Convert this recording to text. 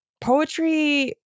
poetry